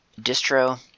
distro